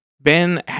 Ben